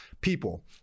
people